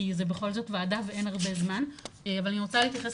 כי זה בכל זאת וועדה ואין הרבה זמן ואני רוצה להתייחס